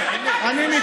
אני חייב להגיד,